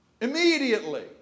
Immediately